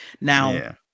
Now